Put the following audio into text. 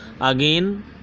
Again